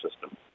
system